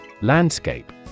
Landscape